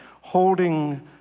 holding